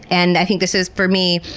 and i think this is, for me,